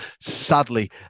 sadly